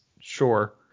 Sure